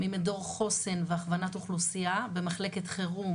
ממדור חוסן והכוונת אוכלוסייה במחלקת חירום,